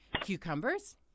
cucumbers